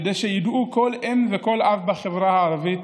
כדי שידעו כל אם וכל אב בחברה הערבית